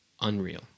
unreal